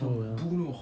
oh well